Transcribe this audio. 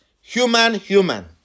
human-human